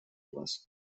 вас